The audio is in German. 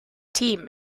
team